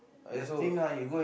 I also uh